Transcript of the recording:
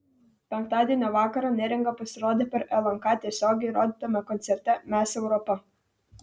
penktadienio vakarą neringa pasirodė per lnk tiesiogiai rodytame koncerte mes europa